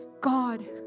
God